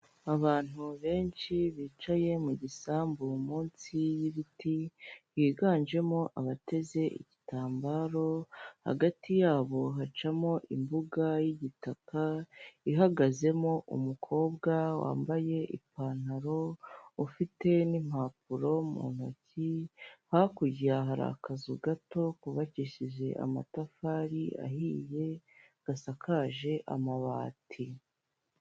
Abantu benshi bicaye mu gisambu munsi y'ibiti, biganjemo abateze igitambaro, hagati yabo hacamo imbuga y'igitaka ihagazemo umukobwa wambaye ipantaro ufite n'impapuro mu ntoki, hakurya hari akazu gato kubabakishije amatafari ahiye gasakaje amabati.